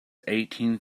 eighteen